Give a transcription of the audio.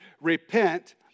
repent